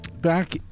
back